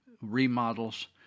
remodels